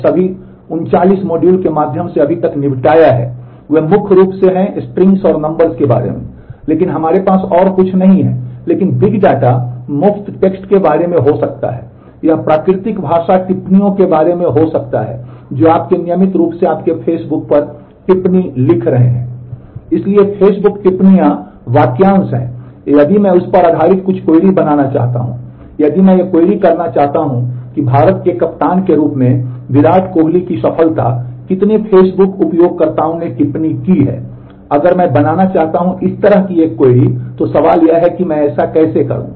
इसलिए वे फेसबुक टिप्पणियां वाक्यांश हैं और यदि मैं उस पर आधारित कुछ क्वेरी करना चाहता हूं कि भारत के कप्तान के रूप में विराट कोहली की सफलता पर कितने फेसबुक उपयोगकर्ताओं ने टिप्पणी की है अगर मैं बनाना चाहता हूं इस तरह की एक क्वेरी तो सवाल यह है कि मैं ऐसा कैसे करूं